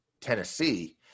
Tennessee